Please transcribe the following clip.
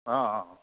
অঁ অঁ অঁ